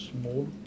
Small